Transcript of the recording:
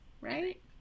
Right